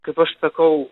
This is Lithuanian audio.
kaip aš sakau